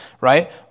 right